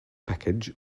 package